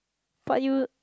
but you